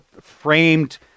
framed